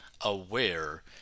aware